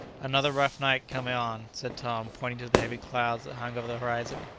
another rough night coming on! said tom, pointing to the heavy clouds that hung over the horizon.